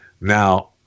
Now